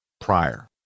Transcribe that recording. prior